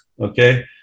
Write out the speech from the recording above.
okay